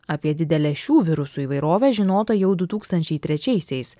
apie didelę šių virusų įvairovę žinota jau du tūkstančiai trečiaisiais